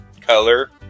color